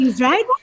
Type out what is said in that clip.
right